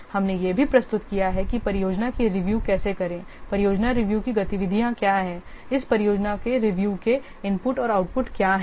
हमने यह भी प्रस्तुत किया है कि परियोजना की रिव्यू कैसे करें परियोजना रिव्यू की गतिविधियाँ क्या हैं इस परियोजना की रिव्यू के इनपुट और आउटपुट क्या हैं